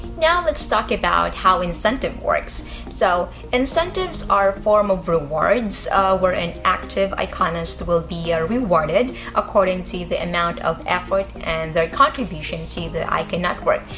now let's talk about how incentive works so incentives are form of rewards where an active iconist will be rewarded according to the amount of effort and their contribution to the icon network.